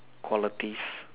qualities